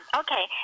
okay